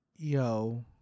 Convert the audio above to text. Yo